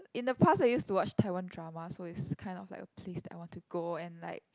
in the past I used to watch Taiwan dramas so it's kind of like a place that I want to go and like